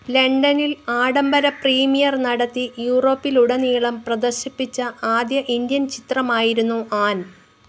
ലെണ്ടനിൽ ആഡംബര പ്രീമിയർ നടത്തി യൂറോപ്പിലുടനീളം പ്രദർശിപ്പിച്ച ആദ്യ ഇൻഡ്യൻ ചിത്രമായിരുന്നു ആൻ